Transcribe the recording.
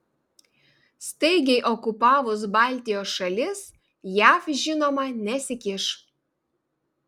staigiai okupavus baltijos šalis jav žinoma nesikiš